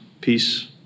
peace